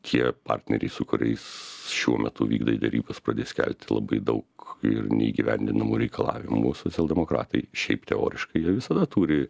tie partneriai su kuriais šiuo metu vykdo derybas pradės kelti labai daug ir neįgyvendinamų reikalavimų socialdemokratai šiaip teoriškai jie visada turi